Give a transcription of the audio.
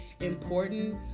important